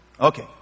Okay